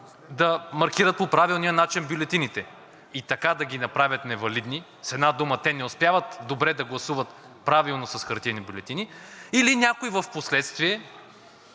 да маркират по правилния начин бюлетините и така ги направят невалидни – с една дума те не успяват добре да гласуват правилно с хартиени бюлетини, или някой впоследствие